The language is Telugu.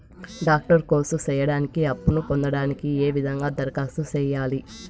డాక్టర్ కోర్స్ సేయడానికి అప్పును పొందడానికి ఏ విధంగా దరఖాస్తు సేయాలి?